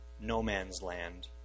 no-man's-land